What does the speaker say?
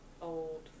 Old